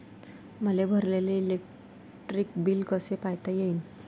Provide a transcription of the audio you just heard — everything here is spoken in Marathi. मले भरलेल इलेक्ट्रिक बिल कस पायता येईन?